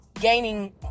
gaining